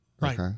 Right